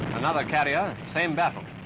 another carrier, same battle.